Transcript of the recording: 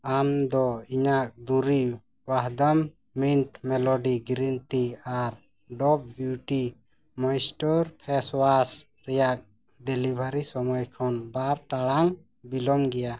ᱟᱢᱫᱚ ᱤᱧᱟᱹᱜ ᱫᱩᱨᱤᱵᱽ ᱟᱨ ᱨᱮᱭᱟᱜ ᱥᱚᱢᱚᱭ ᱠᱷᱚᱱ ᱵᱟᱨ ᱴᱟᱲᱟᱝ ᱵᱤᱞᱚᱢ ᱜᱮᱭᱟ